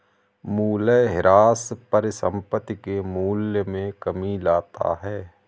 मूलयह्रास परिसंपत्ति के मूल्य में कमी लाता है